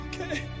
Okay